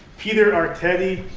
peter artedi,